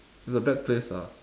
it's a bad place lah